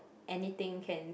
anything can